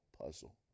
puzzle